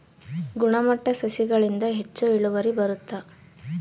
ಗುಣಮಟ್ಟ ಸಸಿಗಳಿಂದ ಹೆಚ್ಚು ಇಳುವರಿ ಬರುತ್ತಾ?